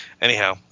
Anyhow